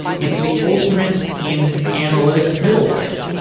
it's the ultimate in analytics middleware.